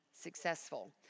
successful